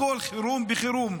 הכול חירום בחירום?